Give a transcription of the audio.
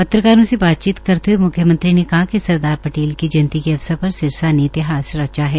पत्रकारों से बातचीत करते हुए मुख्यमंत्री ने कहा कि सरदार पटले की जयंती के अवसर पर सिरसा ने इतिहास रचा है